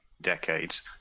decades